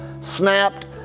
snapped